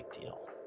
deal